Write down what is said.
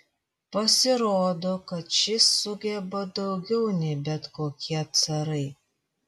pasirodo kad šis sugeba daugiau nei bet kokie carai